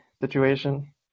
situation